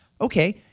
Okay